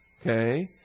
okay